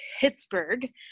Pittsburgh